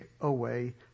away